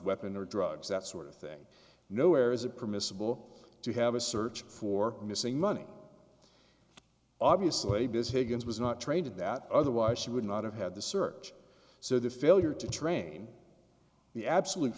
weapon or drugs that sort of thing nowhere is it permissible to have a search for missing money obviously biz higgins was not trained in that otherwise she would not have had the search so the failure to train the absolute